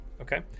okay